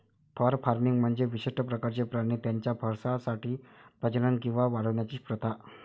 fur farming म्हणजे विशिष्ट प्रकारचे प्राणी त्यांच्या फरसाठी प्रजनन किंवा वाढवण्याची प्रथा